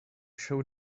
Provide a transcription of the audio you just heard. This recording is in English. show